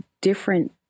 different